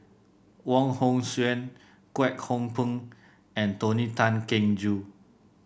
Wong Hong Suen Kwek Hong Png and Tony Tan Keng Joo